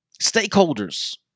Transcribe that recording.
Stakeholders